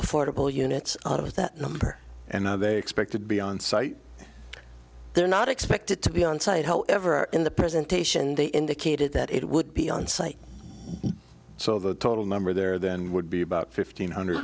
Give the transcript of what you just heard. affordable units out of that number and they expect to be on site they're not expected to be on site however in the presentation they indicated that it would be on site so the total number there then would be about fifteen hundred